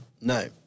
No